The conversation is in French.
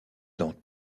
dans